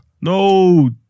No